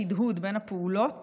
יש הדהוד בין הפעולות